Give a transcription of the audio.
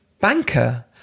banker